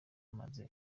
maze